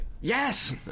Yes